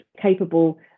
capable